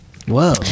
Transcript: whoa